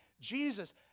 Jesus